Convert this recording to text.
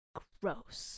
gross